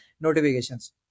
notifications